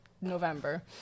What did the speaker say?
November